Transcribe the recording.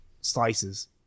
slices